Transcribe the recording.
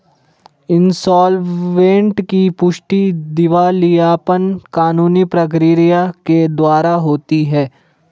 insolvent की पुष्टि दिवालियापन कानूनी प्रक्रिया के द्वारा होती है